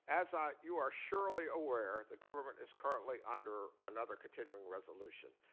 as ah you are surely aware, the government is currently under another continuing resolution,